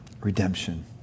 redemption